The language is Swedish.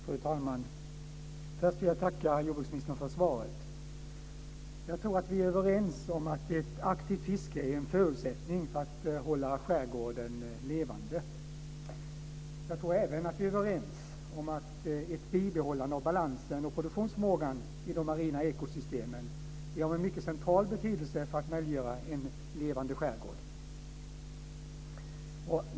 Fru talman! Först vill jag tacka jordbruksministern för svaret. Jag tror att vi är överens om att ett aktivt fiske är en förutsättning för att hålla skärgården levande. Jag tror även att vi är överens om att ett behållande av balansen och produktionsförmågan i de marina ekosystemen är av mycket central betydelse för att möjliggöra en levande skärgård.